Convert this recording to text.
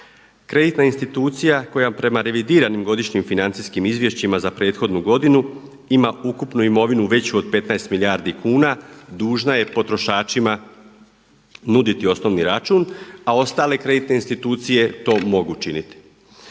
Kreditna institucija koja prema revidiranim godišnjim financijskim izvješćima za prethodnu godinu ima ukupnu imovinu veću od 15 milijardi kuna dužna je potrošačima nuditi osnovni račun, a ostale kreditne institucije to mogu činiti.